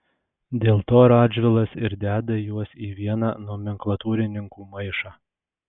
dėl to radžvilas ir deda juos į vieną nomenklatūrininkų maišą